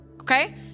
Okay